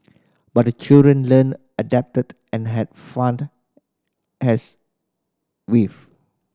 but the children learnt adapted and had fund as wave